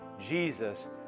Jesus